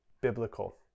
biblical